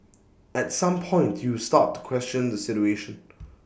at some point you start to question the situation